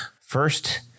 first